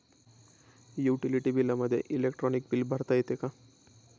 Utility बिलामध्ये electronic bill भरता येते का?